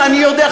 אני יודע,